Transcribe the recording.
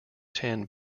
ten